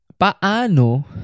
paano